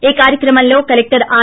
ఈ కార్యక్రమంలో collector are